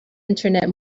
internet